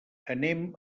anem